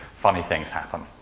funny things happen.